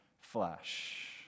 flesh